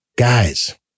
Guys